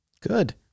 Good